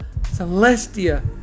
Celestia